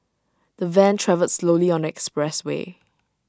the van travelled slowly on the expressway